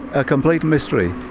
a complete mystery,